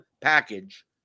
package